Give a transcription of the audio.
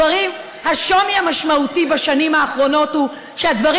השוני המשמעותי בשנים האחרונות הוא שהדברים